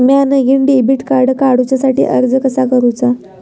म्या नईन debit card काडुच्या साठी अर्ज कसा करूचा?